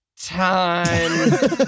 time